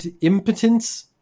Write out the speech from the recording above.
impotence